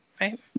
right